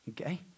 Okay